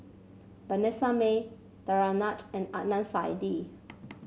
Vanessa Mae Danaraj and Adnan Saidi